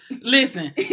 Listen